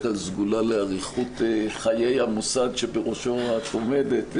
כלל סגולה לאריכות חיי המוסד שבראשו את עומדת.